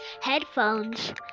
headphones